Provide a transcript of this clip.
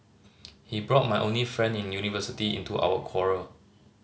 he brought my only friend in university into our quarrel